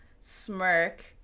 smirk